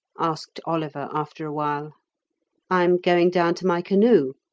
asked oliver, after awhile. i am going down to my canoe,